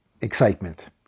excitement